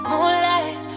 Moonlight